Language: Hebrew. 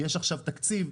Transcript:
יש עכשיו תקציב,